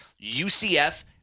UCF